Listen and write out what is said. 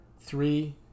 three